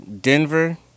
Denver